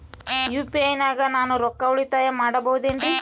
UPI ನಾಗ ನಾನು ರೊಕ್ಕ ಉಳಿತಾಯ ಮಾಡಬಹುದೇನ್ರಿ?